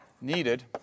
needed